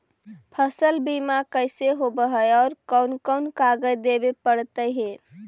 फसल बिमा कैसे होब है और कोन कोन कागज देबे पड़तै है?